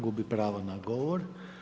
Gubi pravo na govor.